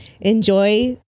Enjoy